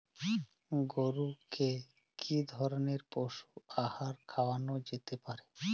গরু কে কি ধরনের পশু আহার খাওয়ানো যেতে পারে?